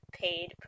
paid